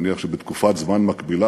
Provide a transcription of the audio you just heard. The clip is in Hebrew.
נניח שבתקופת זמן מקבילה,